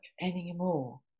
anymore